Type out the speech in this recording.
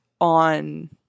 on